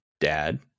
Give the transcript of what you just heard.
dad